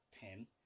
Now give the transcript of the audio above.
ten